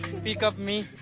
pick up me,